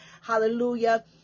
hallelujah